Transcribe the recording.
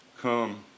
Come